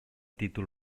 títol